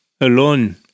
alone